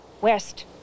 West